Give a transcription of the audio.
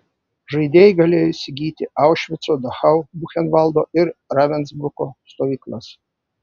žaidėjai galėjo įsigyti aušvico dachau buchenvaldo ir ravensbruko stovyklas